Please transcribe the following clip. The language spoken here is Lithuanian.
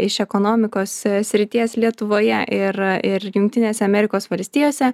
iš ekonomikos srities lietuvoje ir ir jungtinėse amerikos valstijose